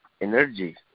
energy